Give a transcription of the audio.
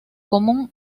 común